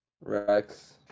rex